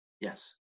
Yes